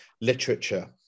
literature